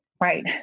right